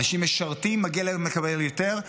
אנשים משרתים, מגיע להם לקבל יותר.